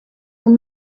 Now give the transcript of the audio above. pour